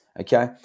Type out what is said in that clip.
okay